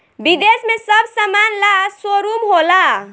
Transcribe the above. विदेश में सब समान ला शोरूम होला